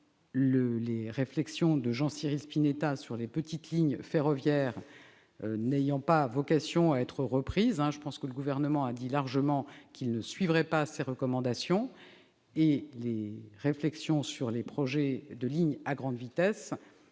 Les réflexions de Jean-Cyril Spinetta sur les petites lignes ferroviaires n'ont pas vocation à être reprises, le Gouvernement ayant largement fait savoir qu'il ne suivrait pas ces recommandations. Les réflexions sur les projets de lignes à grande vitesse